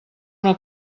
una